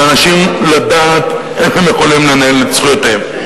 לאנשים לדעת איך הם יכולים לנהל את זכויותיהם.